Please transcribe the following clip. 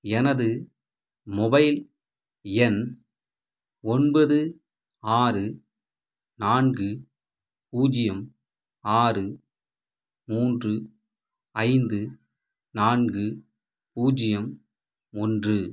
எனது மொபைல் எண் ஒன்பது ஆறு நான்கு பூஜ்யம் ஆறு மூன்று ஐந்து நான்கு பூஜ்யம் ஒன்று